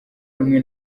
rumwe